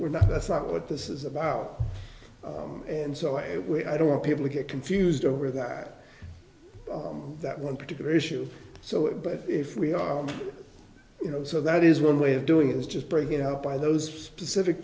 we're not that's not what this is about and so i it we i don't want people to get confused over that that one particular issue so it but if we are you know so that is one way of doing it is just bring it out by those specific